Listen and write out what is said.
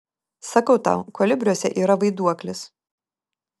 sakau tau kolibriuose yra vaiduoklis